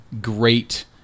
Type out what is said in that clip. great